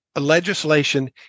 legislation